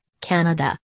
Canada